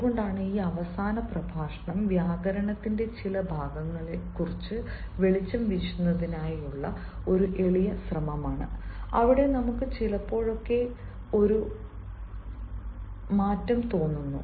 അതുകൊണ്ടാണ് ഈ അവസാന പ്രഭാഷണം വ്യാകരണത്തിന്റെ ചില ഭാഗങ്ങളിൽ കുറച്ച് വെളിച്ചം വീശുന്നതിനുള്ള ഒരു എളിയ ശ്രമമാണ് അവിടെ നമുക്ക് ചിലപ്പോഴൊക്കെ ഇളക്കം തോന്നുന്നു